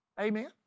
Amen